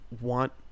want